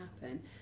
happen